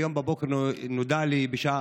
היום בבוקר נודע לי: בשעה